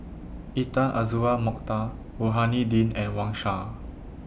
Intan Azura Mokhtar Rohani Din and Wang Sha